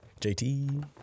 JT